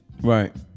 Right